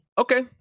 Okay